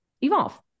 evolve